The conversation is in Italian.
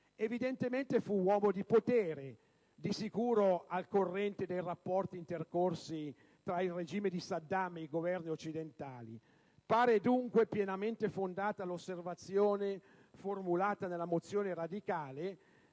Evidentemente, fu uomo di potere, di sicuro al corrente dei rapporti intercorsi tra il regime di Saddam e i Governi occidentali. Pare, dunque, pienamente fondata l'osservazione formulata nella mozione radicale